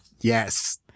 Yes